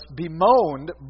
bemoaned